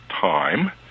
time